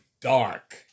Dark